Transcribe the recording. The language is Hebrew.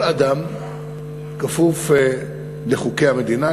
כל אדם כפוף לחוקי המדינה,